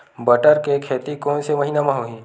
बटर के खेती कोन से महिना म होही?